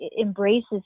embraces